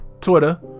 Twitter